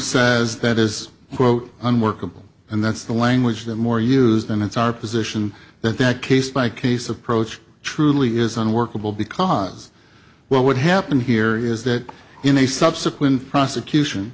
says that is quote unworkable and that's the language that more used and it's our position that that case by case approach truly is unworkable because what would happen here is that in a subsequent prosecution